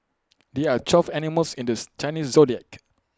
there are twelve animals in the Chinese Zodiac